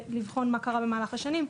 ולבחון מה קרה במהלך השנים.